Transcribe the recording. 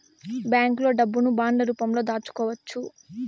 బ్యాంకులో డబ్బును బాండ్ల రూపంలో దాచుకోవచ్చు